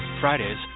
Fridays